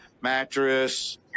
mattress